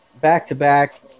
back-to-back